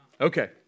Okay